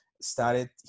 started